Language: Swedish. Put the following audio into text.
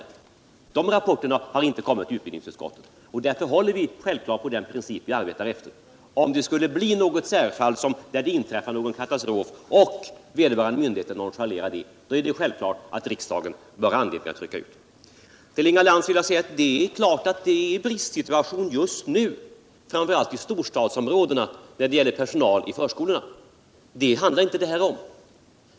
Några andra rapporter har inte kommit till utbildningsutskottet, och därför håller vi på den princip som vi arbetar efter. Om det skulle bli något särfall cHer inträffa någon katastrof och vederbörande myndigheter skulle nonchalera den, har riksdagen däremot självfallet anledning att rycka ut. Till Inga Lantz vill jag säga att det är en bristsituation just nu, framför allt i storstadsområdena, när det gäller personal i förskolorna. Men om detta handlar det inte här.